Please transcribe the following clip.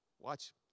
Watch